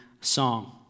song